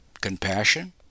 Compassion